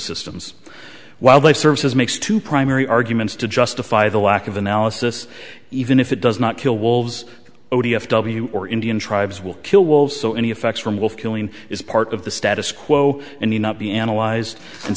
ecosystems wildlife services makes two primary arguments to justify the lack of analysis even if it does not kill wolves oh d f w or indian tribes will kill wolves so any effects from wolf killing is part of the status quo and not be analyzed and